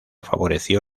favoreció